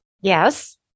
Yes